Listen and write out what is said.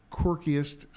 quirkiest